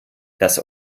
das